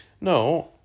no